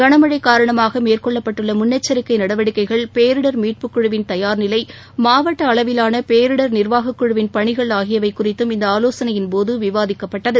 கனமழைகாரணமாகமேற்கொள்ளப்பட்டுள்ளமுன்னெச்சரிக்கைநடவடிக்கைகள் பேரிடர் மீட்புக் குழுவின் தயா்நிலை மாவட்டஅளவிலானபேரிடர் நிர்வாகக் குழுவின் பணிகள் ஆகியவைகுறித்தும் இந்தஆலோசனையின் போதுவிவாதிக்கப்பட்டது